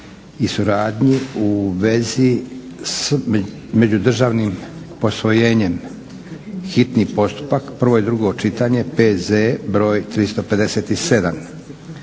i suradnji u vezi s međudržavnim posvojenjem, hitni postupak, prvo i drugo čitanje, P.Z. br. 357.